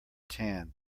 tan